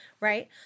right